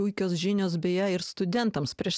puikios žinios beje ir studentams prieš